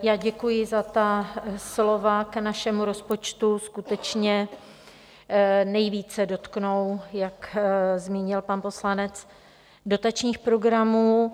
Já děkuji za ta slova k našemu rozpočtu, skutečně nejvíce se dotknou, jak zmínil pan poslanec, dotačních programů.